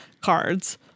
cards